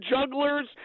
jugglers